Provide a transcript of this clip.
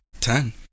Ten